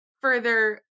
further